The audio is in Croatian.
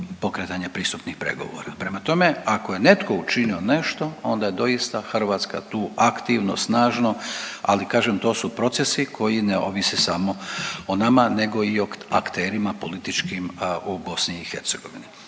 pokretanje pristupnih pregovora. Prema tome, ako je netko učinio nešto onda je doista Hrvatska tu aktivno, snažno, ali kažem to su procesi koji ne ovise samo o nama, nego i o akterima političkim u BiH. Prema